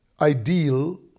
ideal